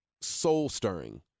soul-stirring